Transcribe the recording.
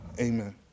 Amen